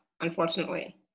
unfortunately